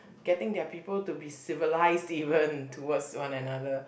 getting their people to be civilised even towards one another